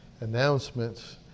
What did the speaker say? announcements